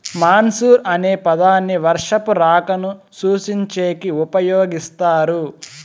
monsoon అనే పదాన్ని వర్షపు రాకను సూచించేకి ఉపయోగిస్తారు